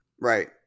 Right